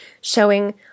showing